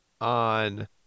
on